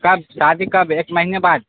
کب شادی کب ایک مہینے بعد